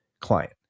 client